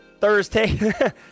Thursday